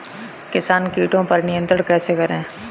किसान कीटो पर नियंत्रण कैसे करें?